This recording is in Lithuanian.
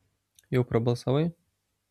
jau prabalsavai